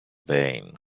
vain